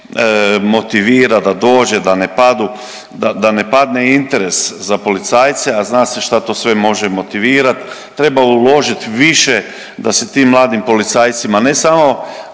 motivira, da dođe, da ne padne interes za policajce, a zna se šta to sve može motivirat. Treba uložit više da se tim mladim policajcima ne samo